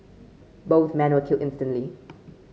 both men were killed instantly